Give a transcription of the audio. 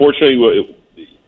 unfortunately